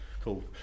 Cool